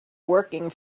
working